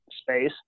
space